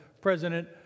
president